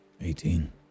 Eighteen